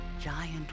giant